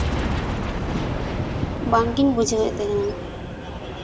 ᱵᱟᱝᱠᱤᱱ ᱵᱩᱡᱷᱟᱹᱣᱮᱫ ᱛᱟᱦᱮᱱᱟ